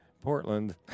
Portland